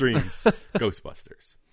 Ghostbusters